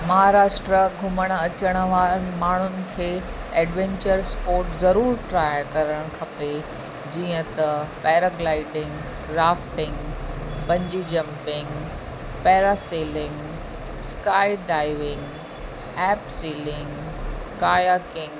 महाराष्ट्र घुमण अचनि वारनि माण्हुनि खे एडवेंचर स्पोर्ट ज़रूर ट्राए करणु खपे जीअं त paragliding rafting bungee jumping parasailing sky diving abseiling काया किंग